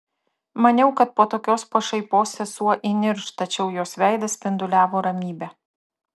maniau kad po tokios pašaipos sesuo įnirš tačiau jos veidas spinduliavo ramybe